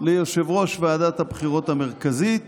ליושב-ראש ועדת הבחירות המרכזית